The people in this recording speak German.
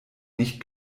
nicht